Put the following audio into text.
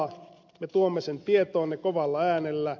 me tuomme sen tietoonne kovalla äänellä